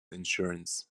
insurance